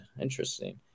Interesting